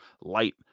light